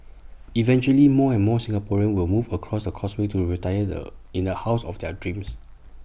eventually more and more Singaporeans will move across the causeway to retire the in the house of their dreams